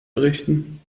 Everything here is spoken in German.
berichten